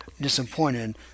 disappointed